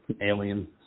Alien